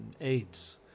AIDS